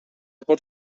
pots